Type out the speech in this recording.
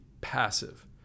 passive